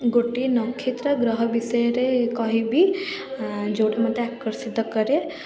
ଗୋଟିଏ ନକ୍ଷତ୍ର ଓ ଗ୍ରହ ବିଷୟରେ କହିବି ଯେଉଁଠୁ ମୋତେ ଆକର୍ଷିତ କରେ